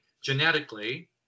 genetically